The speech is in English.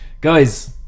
guys